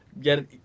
get